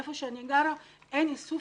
איפה שאני גרה אין איסוף,